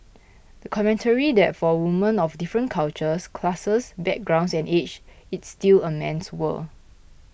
a commentary that for women of different cultures classes backgrounds and age it's still a man's world